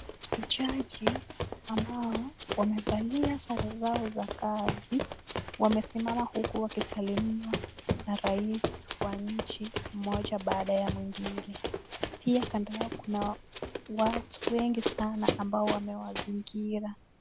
Jaji ambao wamevalia sare zao za kazi, wamesimama huku wakisalimiwa na rais wa nchi mmoja baada ya mwingine. Pia kando yao, kuna watu wengi sana ambao wamewazingira.